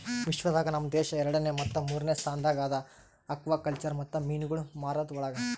ವಿಶ್ವ ದಾಗ್ ನಮ್ ದೇಶ ಎರಡನೇ ಮತ್ತ ಮೂರನೇ ಸ್ಥಾನದಾಗ್ ಅದಾ ಆಕ್ವಾಕಲ್ಚರ್ ಮತ್ತ ಮೀನುಗೊಳ್ ಮಾರದ್ ಒಳಗ್